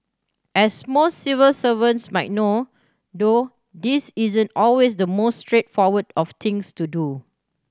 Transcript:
as most civil servants might know though this isn't always the most straightforward of things to do